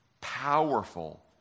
powerful